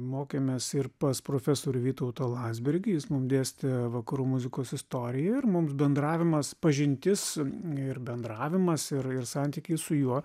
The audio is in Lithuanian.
mokėmės ir pas profesorių vytautą landsbergį jis mum dėstė vakarų muzikos istoriją ir mums bendravimas pažintis ir bendravimas ir ir santykiai su juo